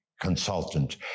consultant